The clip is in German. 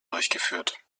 durchgeführt